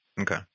Okay